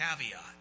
caveat